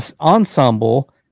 ensemble